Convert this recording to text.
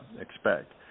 expect